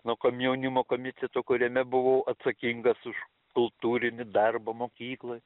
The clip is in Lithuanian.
nuo komjaunimo komiteto kuriame buvau atsakingas už kultūrinį darbą mokykloj